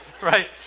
Right